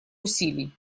усилий